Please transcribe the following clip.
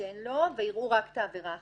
תתיישן לו ויראו רק את העבירה החדשה.